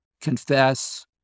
confess